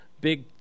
big